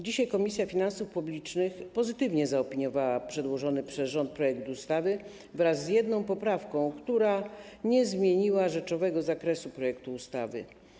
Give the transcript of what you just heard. Dzisiaj Komisja Finansów Publicznych pozytywnie zaopiniowała przedłożony przez rząd projekt ustawy wraz z jedną poprawką, która nie zmieniła rzeczowego zakresu projektu ustawy.